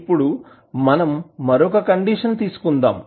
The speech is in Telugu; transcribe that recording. ఇప్పుడు మనం మరొక కండిషన్ తీసుకుందాం